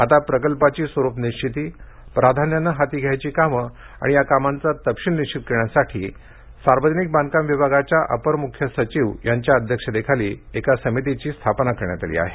आता प्रकल्पाची स्वरूप निश्विती प्राधान्यानं हाती घ्यायची कामं आणि या कामांचा तपशील निश्चित करण्यासाठी सार्वजनिक बांधकाम विभागाच्या अपर मुख्य सचिव यांच्या अध्यक्षतेखाली समितीची स्थापना करण्यात आली आहे